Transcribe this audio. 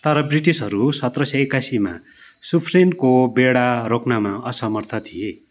तर ब्रिटिसहरू सत्र सय एक्कासीमा सुफ्रेनको बेडा रोक्नमा असमर्थ थिए